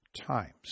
times